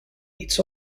its